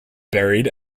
buried